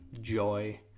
joy